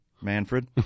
Manfred